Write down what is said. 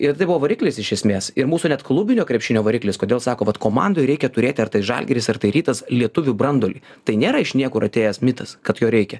ir tai buvo variklis iš esmės ir mūsų net klubinio krepšinio variklis kodėl sako vat komandoj reikia turėti ar tai žalgiris ar tai rytas lietuvių branduolį tai nėra iš niekur atėjęs mitas kad jo reikia